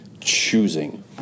choosing